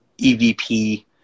evp